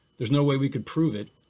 there's no way we could prove it,